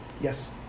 Yes